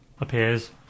appears